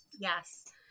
yes